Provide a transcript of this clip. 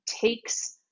takes